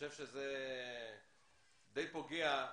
זה לא קורה ככה.